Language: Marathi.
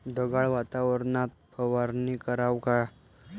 ढगाळ वातावरनात फवारनी कराव का?